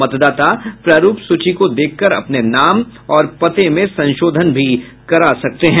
मतदाता प्रारूप सूची को देखकर अपने नाम और पता में संशोधन भी करा सकते हैं